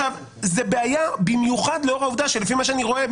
זו בעיה במיוחד לאור העובדה שלפי מה שאני רואה,